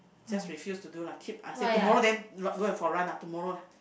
just refuse to do lah keep as say tomorrow then go and for run ah tomorrow lah